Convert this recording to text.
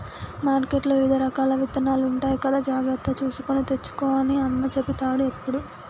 మార్కెట్లో వివిధ రకాల విత్తనాలు ఉంటాయి కదా జాగ్రత్తగా చూసుకొని తెచ్చుకో అని అన్న చెపుతాడు ఎప్పుడు